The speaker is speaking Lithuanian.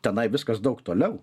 tenai viskas daug toliau